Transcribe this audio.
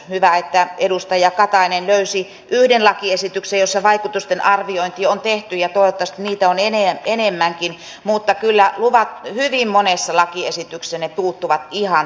hyvä että edustaja katainen löysi yhden lakiesityksen jossa vaikutusarviointi on tehty ja toivottavasti niitä on enemmänkin mutta kyllä hyvin monesta lakiesityksestä ne puuttuvat ihan täysin